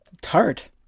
Tart